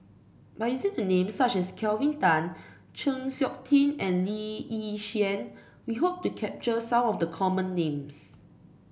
by using names such as Kelvin Tan Chng Seok Tin and Lee Yi Shyan we hope to capture some of the common names